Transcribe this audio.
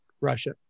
Russia